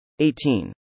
18